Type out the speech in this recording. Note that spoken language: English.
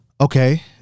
Okay